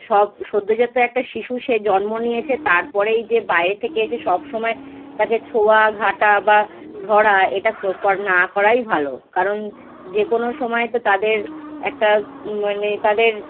সব সদ্যোজাত একটা শিশু সে জন্ম নিয়েছে তারপরে এই যে বাইরে থেকে এসে সব সময় তাকে ছোঁয়া ঘাটা বা ধরা এটা না করাই ভালো কারণ যে কোনো সময় তো তাদের একটা মানে তাদের